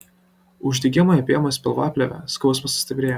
uždegimui apėmus pilvaplėvę skausmas sustiprėja